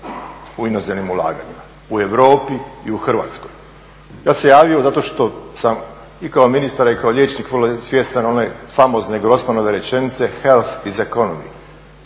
u inozemnim ulaganjima, u Europi i u Hrvatskoj. Ja sam se javio zato što sam i kao ministar i kao liječnik vrlo svjestan one famozne Grosmanove rečenice Health is a economy.